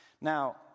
Now